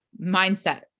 mindset